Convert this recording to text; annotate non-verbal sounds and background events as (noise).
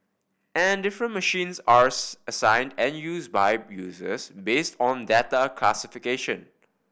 and different machines are (unintelligible) assigned and used by users based on data classification